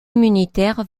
immunitaire